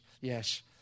Yes